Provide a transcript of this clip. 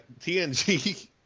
TNG